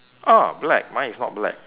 ah black mine is not black